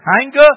anger